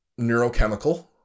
neurochemical